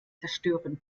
zerstören